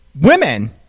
women